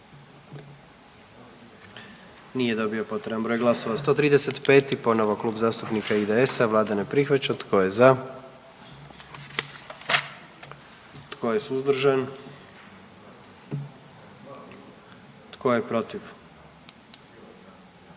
postaje sastavni dio zakona. 44. Kluba zastupnika SDP-a, vlada ne prihvaća. Tko je za? Tko je suzdržan? Tko je protiv?